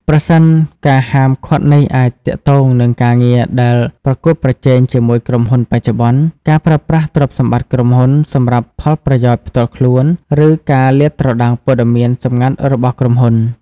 ប្រសិនការហាមឃាត់នេះអាចទាក់ទងនឹងការងារដែលប្រកួតប្រជែងជាមួយក្រុមហ៊ុនបច្ចុប្បន្ន ការប្រើប្រាស់ទ្រព្យសម្បត្តិក្រុមហ៊ុនសម្រាប់ផលប្រយោជន៍ផ្ទាល់ខ្លួន ឬការលាតត្រដាងព័ត៌មានសង្ងាត់របស់ក្រុមហ៊ុន។